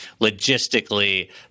logistically